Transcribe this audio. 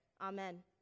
Amen